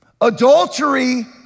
Adultery